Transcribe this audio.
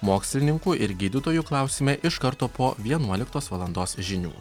mokslininkų ir gydytojų klausime iš karto po vienuoliktos valandos žinių